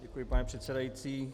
Děkuji, pane předsedající.